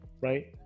right